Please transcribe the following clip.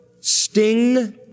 sting